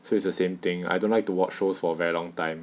so it's the same thing I don't like to watch shows for very long time